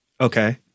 Okay